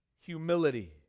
humility